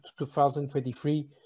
2023